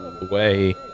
away